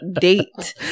date